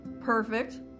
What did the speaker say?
Perfect